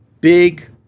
big